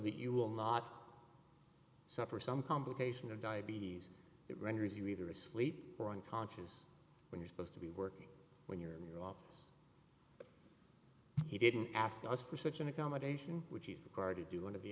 that you will not suffer some complication of diabetes that renders you either asleep or unconscious when you're supposed to be working when you're in your office he didn't ask us for such an accommodation which he required to do want to be